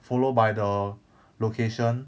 follow by the location